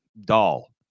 dull